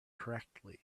correctly